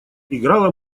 играла